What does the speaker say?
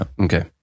Okay